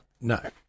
No